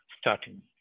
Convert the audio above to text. starting